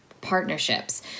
partnerships